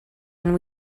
and